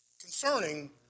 concerning